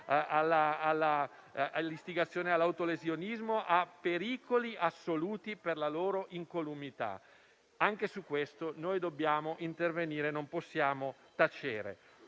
all'istigazione all'autolesionismo, insomma, a pericoli assoluti per la loro incolumità. Anche su questo dobbiamo intervenire, non possiamo tacere.